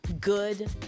good